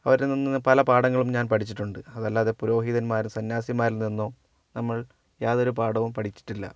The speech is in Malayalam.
അവരിൽ നിന്നും പല പാഠങ്ങളും ഞാൻ പഠിച്ചിട്ടുണ്ട് അതല്ലാതെ പുരോഹിതന്മാര് സന്യാസിമാരിൽ നിന്നോ നമ്മൾ യാതൊരു പാഠവും പഠിച്ചിട്ടില്ല